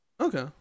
Okay